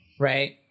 right